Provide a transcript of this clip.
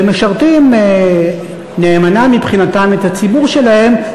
שמשרתים נאמנה מבחינתם את הציבור שלהם,